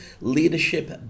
Leadership